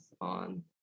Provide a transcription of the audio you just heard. on